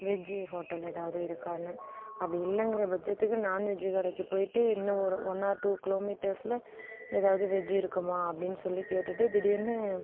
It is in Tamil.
வெஜ்ஜி ஹோட்டல் எதாவது இருக்கானு அப்படி இல்லைங்கற பட்சத்துக்கு நான் வெஜ் கடைக்கு போயிவிட்டு இன்னும் ஒரு ஒன்னார் டூ கிலோ மீட்டர்ஸில் எதாவது வெஜ்ஜி இருக்குமா அப்படின்னு சொல்லி கேட்டுவிட்டு திடீர்ன்னு